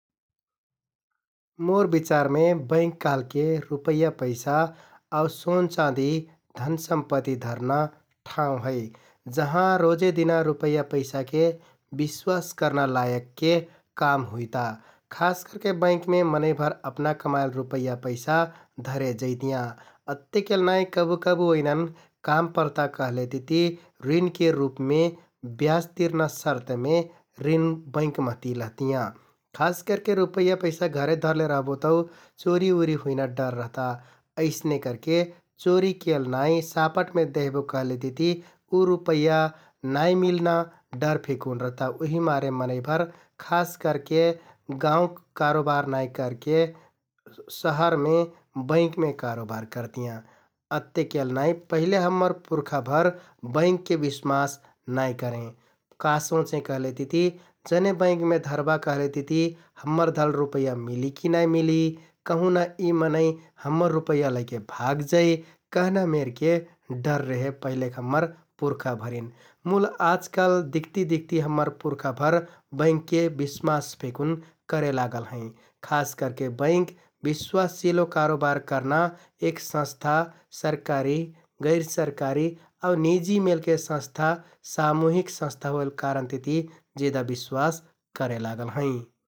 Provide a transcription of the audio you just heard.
मोर बिचारमे बैंक कहलके रुपैया, पैसा आउ सोन, चाँदि, धन सम्पति धरना ठाउँ है । जहाँ रोजेदिना रुपैया, पैंसाके बिश्‍वास करना लायकके काम हुइता । खास करके बैंकमे मनैंभर अपना कमाइल रुपैया, पैंसा धरेजैतियाँ । अत्तेकेल नाइ कबु कबु ओइनन काम परता कहलेतिति रिनके रुपमे ब्याज तिरना सर्तमे रिन बैंक महति लहतियाँ । खास करके रुपैया, पैसा घरे धरले रहबो तौ चोरि उरि हुइना डर रहता । अइसने करके चोरि केल नाइ सापटमे देहबो कहलेतिति उ रुपैया नाइ मिलना डर फेकुन रहता । उहिमारे मनैंभर खास करके गाउँक कारोबार नाइ करके शहरमे बैंकमे कारोबार करतियाँ । अत्तेकेल नाइ पहिले हम्मर पुर्खाभर बैंकके बिस्मास नाइ करें । का सोंचें कहलेतिति जने बैंकमे धरले तिति हम्मर धरल रुपैया मिलि कि नाइ मिलि, कहु ना यि मनैं हम्मर रुपैया लैके भाग जाइ कहना मेरके डर रेहे पहिलेक हम्मर पुर्खाभरिन । मुल आजकाल दिख्ति दिख्ति हम्मर पुर्खाभर बैंकके बिस्मास फेकुन करे लागल हैं । खास करके बैंक बिश्‍वासिलो कारोबार करना एक संस्था सरकारी, गैरसरकारी आउ निजि मेलके संस्था, सामुहिक संस्था होइल कारण तिति जेदा बिस्वास करे लागल हैं ।